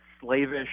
slavish